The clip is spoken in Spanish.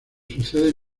suceden